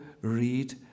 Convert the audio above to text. read